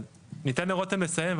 אבל ניתן לרותם לסיים,